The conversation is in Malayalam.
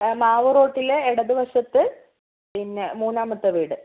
ആ മാവൂർ റോട്ടിലെ ഇടത് വശത്ത് പിന്നെ മൂന്നാമത്തെ വീട്